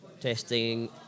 Testing